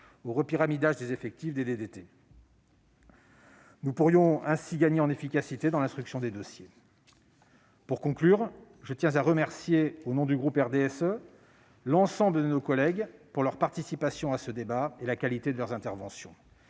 départementales des territoires. Nous pourrions ainsi gagner en efficacité dans l'instruction des dossiers. Pour conclure, je tiens à remercier, au nom du groupe du RDSE, l'ensemble des collègues de leur participation à ce débat et de la qualité de leurs interventions.